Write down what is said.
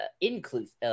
inclusive